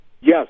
Yes